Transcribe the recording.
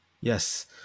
Yes